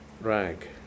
rag